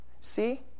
See